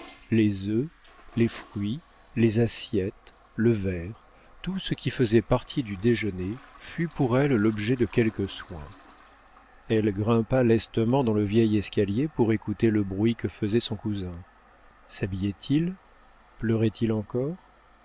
les œufs les fruits les assiettes le verre tout ce qui faisait partie du déjeuner fut pour elle l'objet de quelque soin elle grimpa lestement dans le vieil escalier pour écouter le bruit que faisait son cousin shabillait il pleurait il encore